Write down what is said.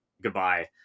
Goodbye